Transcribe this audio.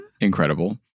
Incredible